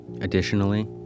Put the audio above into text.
Additionally